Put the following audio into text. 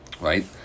right